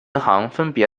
分别